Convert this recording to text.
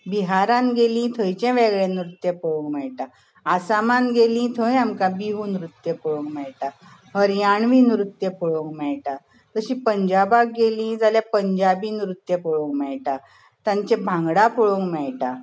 बिहारांत गेलीं थंयचें वेगळें नृत्य पळोवंक मेळटा आसामांत गेलीं थंय आमकां बिहू नृत्य पळोवंक मेळटा हरयाणवी नृत्य पळोवंक मेळटा तशीं पंजाबाक गेलीं जाल्यार पंजाबी नृत्य पळोवंक मेळटा तांचे भांगडा पळोवंक मेळटा